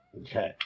Okay